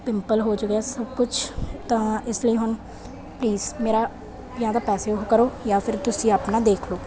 pimple ਹੋ ਚੁੱਕਿਆ ਸਭ ਕੁਛ ਤਾਂ ਇਸ ਲਈ ਹੁਣ ਪਲੀਜ਼ ਮੇਰਾ ਜਾਂ ਤਾਂ ਪੈਸੇ ਉਹ ਕਰੋ ਜਾਂ ਫਿਰ ਤੁਸੀਂ ਆਪਣਾ ਦੇਖ ਲਓ